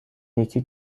یکی